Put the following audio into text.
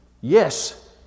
Yes